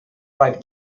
ripe